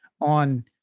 on